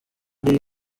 day